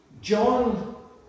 John